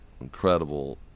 incredible